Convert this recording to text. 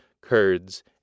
Kurds